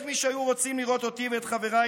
יש מי שהיו רוצים לראות אותי ואת חבריי